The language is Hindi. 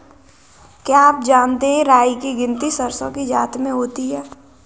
क्या आप जानते है राई की गिनती सरसों की जाति में होती है?